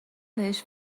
بهش